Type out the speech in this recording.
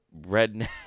redneck